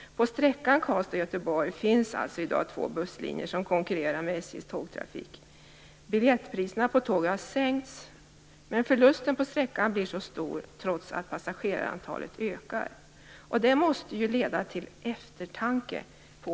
På sträckan Karlstad Göteborg finns i dag två busslinjer som konkurrerar med SJ:s tågtrafik. Biljettpriserna på tåget har sänkts, men förlusterna på sträckan blir stor trots att passagerarantalet ökar. Det måste leda till eftertanke på